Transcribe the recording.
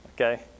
okay